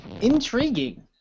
Intriguing